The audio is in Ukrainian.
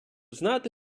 знати